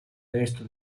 destro